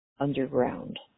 underground